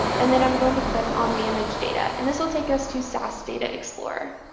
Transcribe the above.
and then i'm going to click on manage data. and this will take us to sas data explorer.